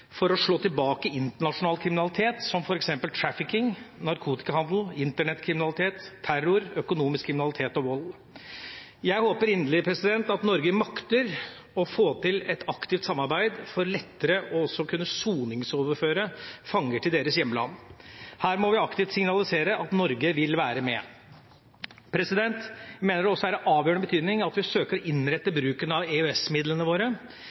for å kunne slå tilbake mot internasjonal kriminalitet, som f.eks. trafficking, narkotikahandel, internettkriminalitet, terror, økonomisk kriminalitet og vold. Jeg håper inderlig at Norge også makter å få til et aktivt samarbeid for lettere å kunne overføre fanger til soning i deres hjemland. Her må vi aktivt signalisere at Norge vil være med. Jeg mener det også er av avgjørende betydning at vi søker å innrette bruken av EØS-midlene våre